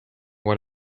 what